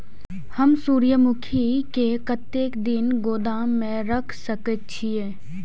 हम सूर्यमुखी के कतेक दिन गोदाम में रख सके छिए?